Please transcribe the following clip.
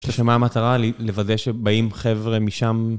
מה המטרה? לודא שבאים חבר'ה משם...